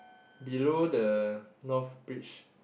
below the north bridge